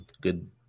good